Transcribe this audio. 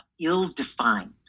ill-defined